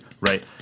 right